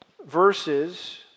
verses